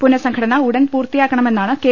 പുനഃസംഘടന ഉടൻ പൂർത്തിയാക്കണ മെന്നാണ് കെ